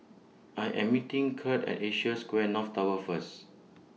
I Am meeting Kirt At Asia Square North Tower First